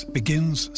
begins